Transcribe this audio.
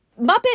Muppet